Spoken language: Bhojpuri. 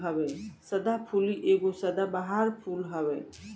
सदाफुली एगो सदाबहार फूल हवे